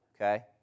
Okay